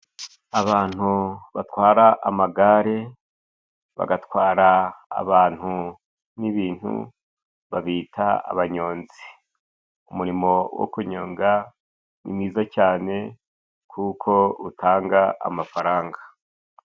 Abantu batwara amagare, bagatwara abantu n'ibintu babita abanyonzi. Umurimo wo kunyonga ni mwiza cyane kuko utanga amafaranga.